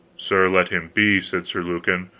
sir, let him be, said sir lucan,